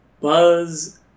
Buzz